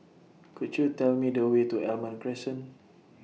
Could YOU Tell Me The Way to Almond Crescent